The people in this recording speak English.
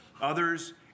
others